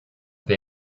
they